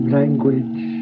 language